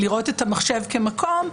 לראות את המחשב כמקום,